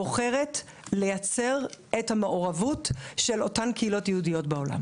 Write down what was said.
בוחרת לייצר את המעורבות של אותן קהילות יהודיות בעולם?